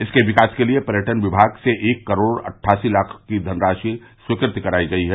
इसके विकास के लिये पर्यटन विभाग से एक करोड़ अट्ठासी लाख की धनराशि स्वीकृत करायी गयी है